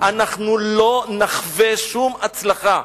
אנחנו לא נחווה שום הצלחה.